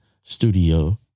studio